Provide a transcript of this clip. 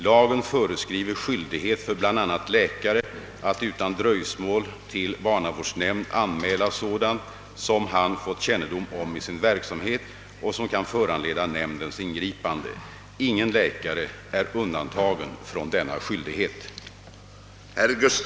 Lagen föreskriver skyldighet för bl.a. läkare att utan dröjsmål till barnavårdsnämnd anmäla sådant som han fått kännedom om i sin verksamhet och som kan föranleda nämndens ingripande. Ingen läkare är undantagen från denna skyldighet.